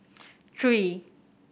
three